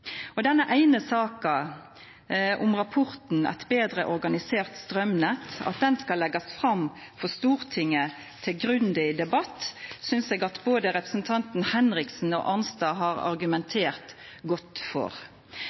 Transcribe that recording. denne eine saka om rapporten «Et bedre organisert strømnett» skal leggjast fram for Stortinget til grundig debatt, synest eg at representantane Per Rune Henriksen og Marit Arnstad har argumentert godt for.